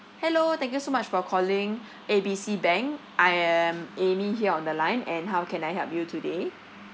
hello thank you so much for calling A B C bank I am amy here on the line and how can I help you today